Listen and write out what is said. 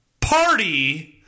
Party